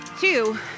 two